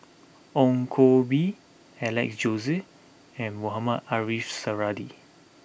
Ong Koh Bee Alex Josey and Mohamed Ariff Suradi